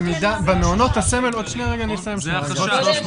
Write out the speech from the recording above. במעונות הסמל --- אתה --- זה החשש.